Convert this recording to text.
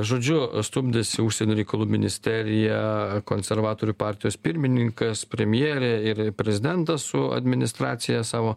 žodžiu stumdosi užsienio reikalų ministerija konservatorių partijos pirmininkas premjerė ir prezidentas su administracija savo